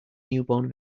newborn